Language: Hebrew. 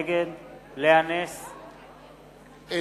נגד לאה נס,